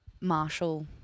Marshall